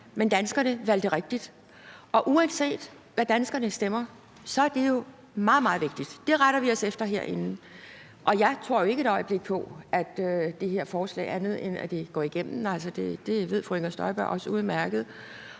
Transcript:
men danskerne valgte rigtigt. Og uanset hvad danskerne stemmer, er det jo meget, meget vigtigt, og det retter vi os efter herinde. Jeg tror ikke et øjeblik på andet, end at det her forslag går igennem, og det ved fru Inger Støjberg også udmærket.